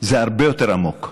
זה הרבה יותר עמוק: